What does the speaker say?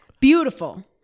beautiful